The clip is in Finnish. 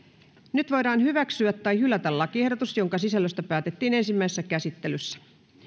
nyt voidaan hyväksyä tai hylätä lakiehdotus jonka sisällöstä päätettiin ensimmäisessä käsittelyssä